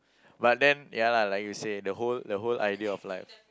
but then ya lah like you the whole the whole idea of life